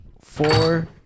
four